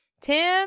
Tim